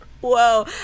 Whoa